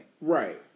Right